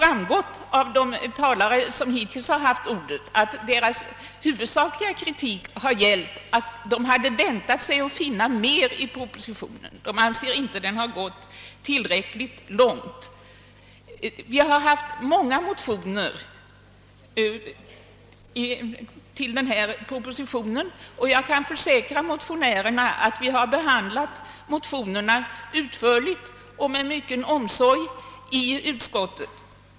Av de talare som hittills haft ordet har framgått, att deras huvudsakligaste kritik gällt att de väntat sig att finna mer i propositionen. De anser att den inte har gått tillräckligt långt. Det har väckts många motioner i anledning av propositionen, och jag kan försäkra att motionerna har behandlats utförligt och med stor omsorg i utskottet.